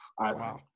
wow